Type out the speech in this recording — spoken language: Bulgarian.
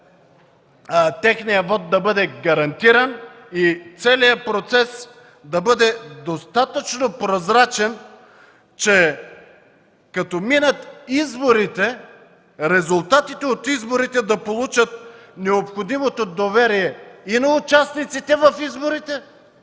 техният вот да бъде гарантиран и целият процес да бъде достатъчно прозрачен, че като минат изборите, резултатите от изборите да получат необходимото доверие и на участниците в изборите,